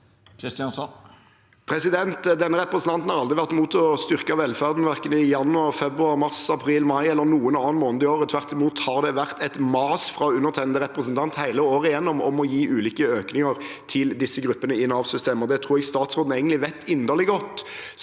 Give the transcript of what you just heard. Denne repre- sentanten har aldri vært imot å styrke velferden verken i januar, februar, mars, april, mai eller noen annen måned i året. Tvert imot har det vært et mas fra undertegnede representant hele året igjennom om å gi ulike økninger til disse gruppene i Nav-systemet. Det tror jeg statsråden egentlig vet inderlig godt.